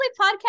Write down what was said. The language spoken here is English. podcast